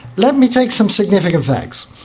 let me take some significant facts,